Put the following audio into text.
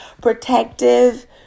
protective